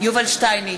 יובל שטייניץ,